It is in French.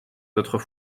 d’autres